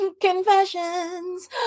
Confessions